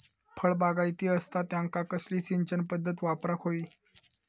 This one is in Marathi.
फळबागायती असता त्यांका कसली सिंचन पदधत वापराक होई?